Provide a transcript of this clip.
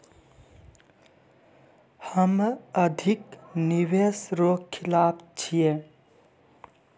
हम्मे अधिक निवेश रो खिलाफ छियै